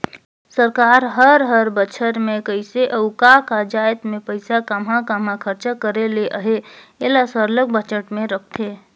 सरकार हर हर बछर में कइसे अउ का का जाएत में पइसा काम्हां काम्हां खरचा करे ले अहे एला सरलग बजट में रखथे